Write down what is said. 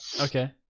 Okay